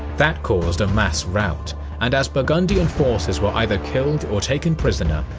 that caused a mass rout and as burgundian forces were either killed or taken prisoner,